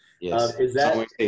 Yes